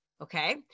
Okay